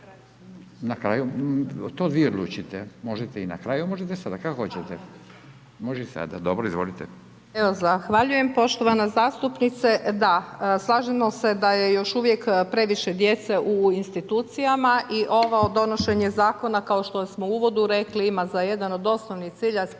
Na kraju, vi odlučite. Možete i na kraju, možete i sada, kako hoćete. Može sada, dobro izvolite. **Murganić, Nada (HDZ)** Zahvaljujem. Poštovana zastupnice, da slažemo se da je još uvijek previše djece u institucijama, i ovo donošenje zakona, kao što smo u uvodu rekli, ima za jedan od osnovnih cilja sprječavanja